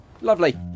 Lovely